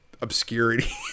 obscurity